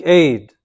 aid